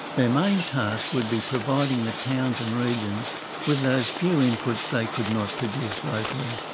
their main task would be providing the towns and regions with those few inputs they could not produce locally.